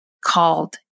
called